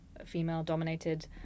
female-dominated